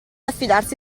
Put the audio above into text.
affidarsi